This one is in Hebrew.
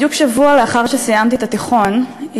בדיוק שבוע לאחר שסיימתי את התיכון,